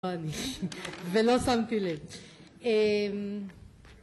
ולא שמתי לב